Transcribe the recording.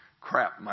Crap